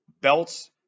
belts